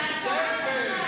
תעצור את הזמן.